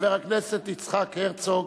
חבר הכנסת יצחק הרצוג,